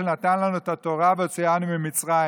שנתן לנו את התורה והוציאנו ממצרים.